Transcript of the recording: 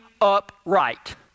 upright